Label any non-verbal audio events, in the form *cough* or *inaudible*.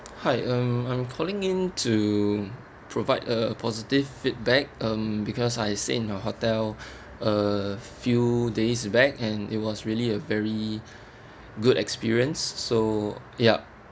hi um I'm calling in to provide a positive feedback um because I stayed in your hotel *breath* a few days back and it was really a very good experience so yup